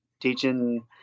teaching